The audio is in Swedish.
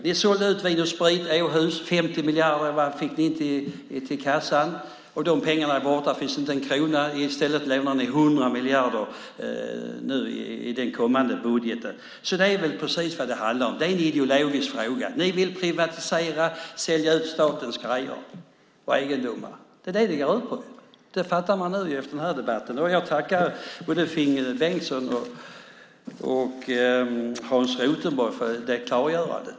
Alliansen sålde ut Vin & Sprit i Åhus. 50 miljarder fick man till statskassan. De pengarna är borta, det finns inte en krona kvar. I stället lånar man 100 miljarder i den kommande budgeten. Det är alltså en ideologisk fråga. Alliansen vill privatisera, sälja ut statens egendomar. Det är vad det går ut på. Det förstår vi efter denna debatt. Jag tackar Finn Bengtsson och Hans Rothenberg för det klargörandet.